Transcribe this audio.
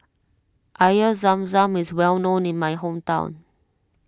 Air Zam Zam is well known in my hometown